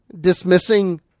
Dismissing